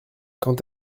quand